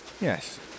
Yes